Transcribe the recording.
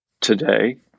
today